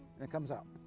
it comes out.